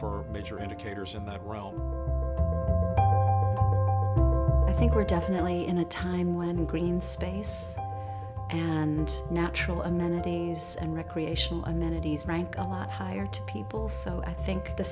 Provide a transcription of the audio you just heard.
for major indicators in that while i think we're definitely in a time when green space and natural amenities and recreational amenities rank a lot higher to people so i think the